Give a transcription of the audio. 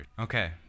Okay